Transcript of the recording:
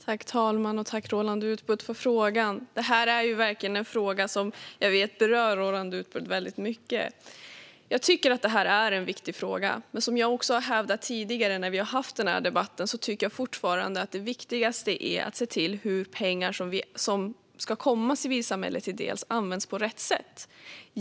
Fru talman! Jag tackar Roland Utbult för frågan. Detta är en fråga som jag vet berör Roland Utbult väldigt mycket. Jag tycker att det är en viktig fråga, men som jag också har hävdat tidigare när vi haft den här debatten är det viktigaste fortfarande att se till att pengar som ska komma civilsamhället till del används på rätt sätt.